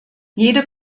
jede